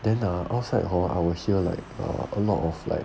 then err outside how our here like a lot of like